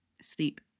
sleep